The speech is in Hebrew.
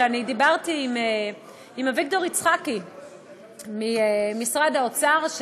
שאני דיברתי עם אביגדור יצחקי ממשרד האוצר,